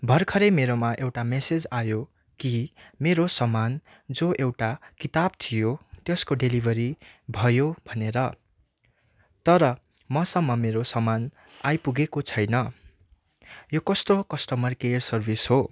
भर्खरै मेरोमा एउटा म्यासेज आयो कि मेरो सामान जो एउटा किताब थियो त्यसको डेलिभरी भयो भनेर तर मसम्म मेरो सामान आइपुगेको छैन यो कस्तो कस्टमर केयर सर्भिस हो